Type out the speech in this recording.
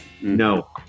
no